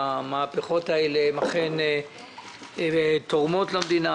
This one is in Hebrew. אני לא חושב שהמהפכות האלה הן אכן תורמות למדינה,